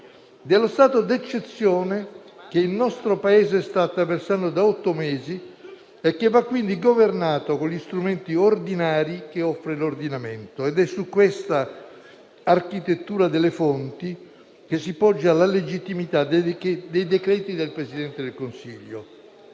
dello stato d'eccezione che il nostro Paese sta attraversando da otto mesi e che va quindi governato con gli strumenti ordinari che offre l'ordinamento. È su questa architettura delle fonti che si poggia la legittimità dei decreti del Presidente del Consiglio.